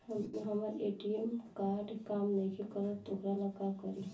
हमर ATM card काम नईखे करत वोकरा ला का करी?